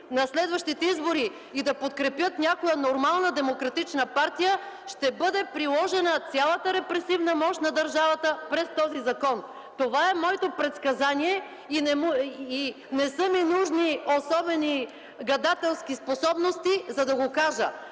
на следващите избори и да подкрепят някоя нормална демократична партия. Ще бъде приложена цялата репресивна мощ на държавата през този закон! Това е моето предсказание и не са ми нужни особени гадателски способности, за да го кажа.